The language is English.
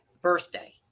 birthday